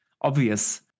obvious